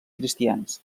cristians